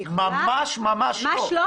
אני יכולה --- ממש ממש לא.